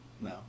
no